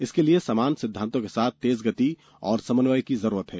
इसके लिये समान सिद्वांतों के साथ तेज गति और समन्वय की जरूरत है